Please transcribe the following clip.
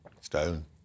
stone